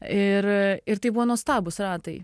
ir ir tai buvo nuostabūs ratai